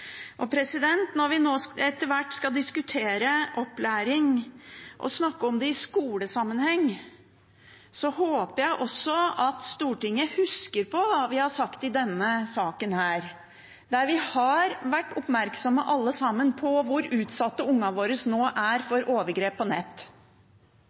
og egen seksualitet. Når vi nå etter hvert skal diskutere opplæring og snakke om det i skolesammenheng, håper jeg Stortinget husker på hva vi har sagt i denne saken. Vi har alle sammen vært oppmerksomme på hvor utsatte ungene våre nå er